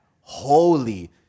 holy